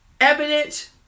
evident